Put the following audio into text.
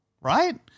Right